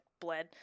bled